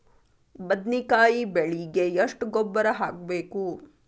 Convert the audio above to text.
ಬದ್ನಿಕಾಯಿ ಬೆಳಿಗೆ ಎಷ್ಟ ಗೊಬ್ಬರ ಹಾಕ್ಬೇಕು?